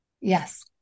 Yes